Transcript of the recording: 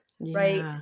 Right